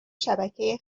شبکه